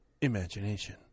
Imagination